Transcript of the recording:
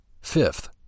Fifth